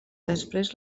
després